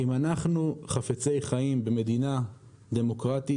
אם אנחנו חפצי חיים במדינה דמוקרטית,